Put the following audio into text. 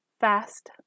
Fast